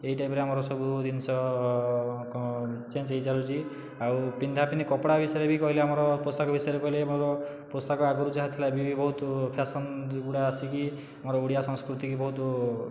ଏଇ ଟାଇପରେ ଆମର ସବୁ ଜିନିଷ ଚେଞ୍ଜ ହୋଇଚାଲୁଛି ଆଉ ପିନ୍ଧା ପିନ୍ଧି କପଡ଼ା ବିଷୟରେ ବି କହିଲେ ଆମର ପୋଷାକ ବିଷୟରେ କହିଲେ ଆମର ପୋଷାକ ଆଗରୁ ଯାହା ଥିଲା ବି ବହୁତ ଫ୍ୟାସନ ଗୁଡ଼ାକ ଆସିକି ଆମର ଓଡ଼ିଆ ସଂସ୍କୃତିକୁ ବହୁତ